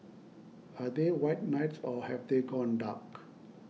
are they white knights or have they gone dark